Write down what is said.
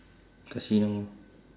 casino